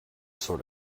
sort